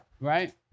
Right